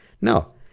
No